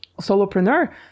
solopreneur